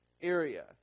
area